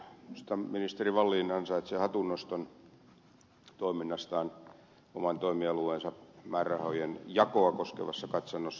minusta ministeri wallin ansaitsee hatunnoston toiminnastaan oman toimialueensa määrärahojen jakoa koskevassa katsannossa